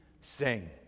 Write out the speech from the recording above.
sing